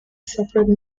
separate